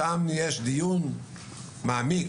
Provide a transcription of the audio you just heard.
שם יש דיון מעמיק,